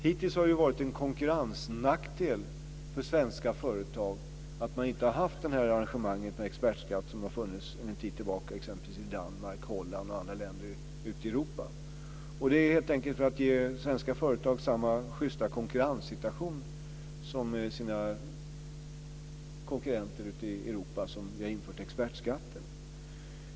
Hittills har det varit en konkurrensnackdel för svenska företag att man inte haft det arrangemang med expertskatt som sedan en tid tillbaka har funnits i exempelvis Danmark, Holland och andra länder ute i Europa. Det är helt enkelt för att ge svenska företag samma justa konkurrenssituation som deras konkurrenter ute i Europa som vi har infört expertskatten.